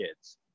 kids